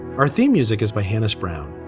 our theme music is by hannis brown.